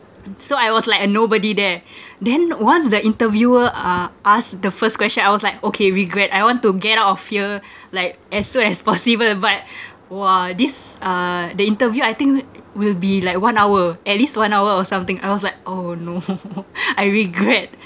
so I was like a nobody there then once the interviewer uh ask the first question I was like okay regret I want to get out of here like as soon as possible but !wah! this uh the interview I think will be like one hour at least one hour or something I was like oh no I regret